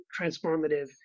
transformative